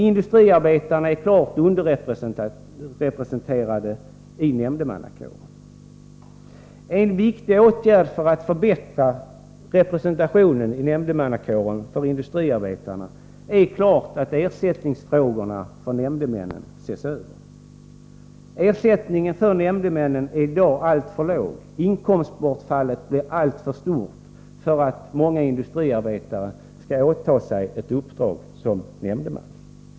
Industriarbetarna är klart underrepresenterade i nämndemannakåren. En viktig åtgärd för att förbättra industriarbetarnas representation är givetvis att se över ersättningsfrågorna för nämndemännen. Ersättningen är i dag alltför låg, och för många industriarbetare blir inkomstbortfallet alltför stort för att de skall åta sig ett uppdrag som nämndeman.